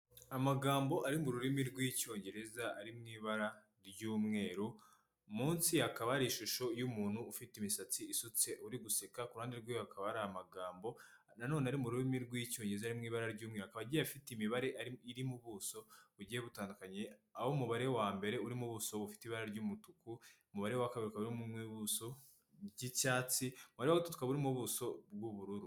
Amagambo ari mu rurimi rw'icyongereza ari mu ibara ry'umweru munsi akaba ari ishusho y'umuntu ufite imisatsi isutse uri guseka kuruhande rwewe akaba ari amagambo nanone ari mu rurimi rw'icyongerezaw ibara ry'ukaba agiye afite imibare ari irimo ubuso bugiye butandukanye aho umubare wa mbere urimo ubuso bufite ibara ry'umutuku umubare wa kabiri ukaba urimo ubuuso bw'icyatsi warituka uburimo ubuso bw'uburu.